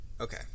Okay